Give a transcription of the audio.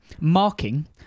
Marking